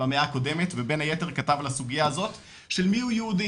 במאה הקודמת ובין היתר כתב על הסוגייה הזאת של מיהו יהודי